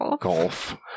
Golf